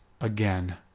Again